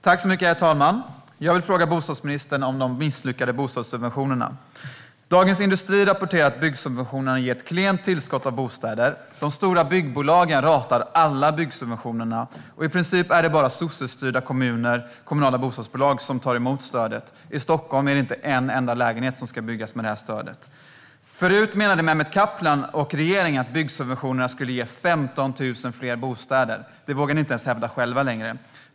Herr talman! Jag vill fråga bostadsministern om de misslyckade bostadssubventionerna. Dagens industri rapporterar att byggsubventionerna har gett ett klent tillskott av bostäder. De stora byggbolagen ratar alla byggsubventionerna. I princip är det bara kommunala bostadsbolag i sossestyrda kommuner som tar emot stödet. I Stockholm är det inte en enda lägenhet som ska byggas med detta stöd. Förut menade Mehmet Kaplan och regeringen att byggsubventionerna skulle ge 15 000 fler bostäder. Det vågar ni inte ens hävda själva längre.